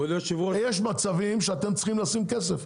יש מצבים שבהם אתם צריכים לשים כסף.